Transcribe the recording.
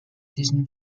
diesen